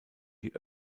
die